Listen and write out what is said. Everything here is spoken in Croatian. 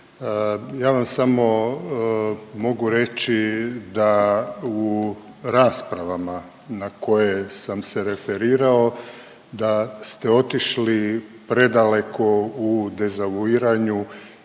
Ja vam samo mogu reći da u raspravama na koje sam se referirao, da ste otišli predaleko u dezavuiranju